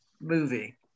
movie